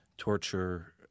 torture